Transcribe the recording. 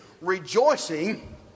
rejoicing